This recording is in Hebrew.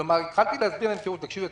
התחלתי להסביר להם: תקשיבו,